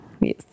Yes